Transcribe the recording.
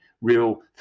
real